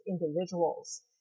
individuals